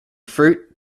fruit